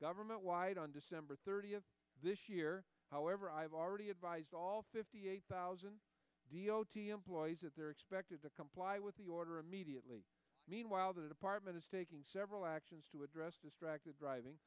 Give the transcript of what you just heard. government wide on december thirtieth this year however i've already advised all fifty eight thousand employees that they're expected to comply with the order immediately meanwhile the department is taking several actions to address distracted driving